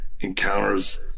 encounters